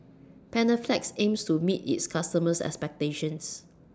Panaflex aims to meet its customers' expectations